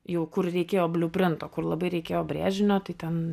jau kur reikėjo bliuprinto kur labai reikėjo brėžinio tai ten